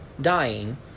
dying